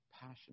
passion